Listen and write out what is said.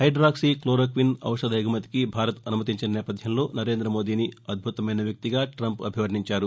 hydroxychloroquine ఔషధ ఎగుమతికి భారత్ అనుమతించిన నేపథ్యంలో నరేంద్ర మోదీని అద్భుతమైన వ్యక్తిగా టంప్ అభివర్ణించారు